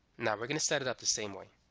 now we're gonna set it up the same way.